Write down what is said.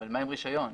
הרישיון?